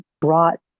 brought